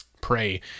pray